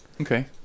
okay